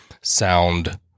sound